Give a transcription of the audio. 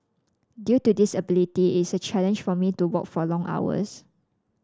due to disability it's a challenge for me to walk for long hours